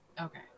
okay